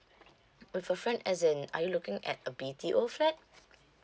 with a friend as in are you looking at a B_T_O flat